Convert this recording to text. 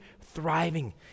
thriving